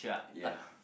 ya